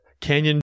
Canyon